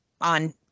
on